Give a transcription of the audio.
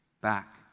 back